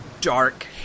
dark